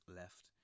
left